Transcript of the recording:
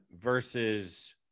versus